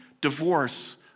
divorce